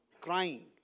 crying